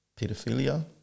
pedophilia